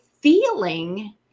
feeling